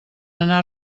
anar